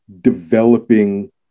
developing